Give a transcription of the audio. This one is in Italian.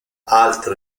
altro